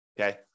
Okay